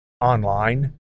online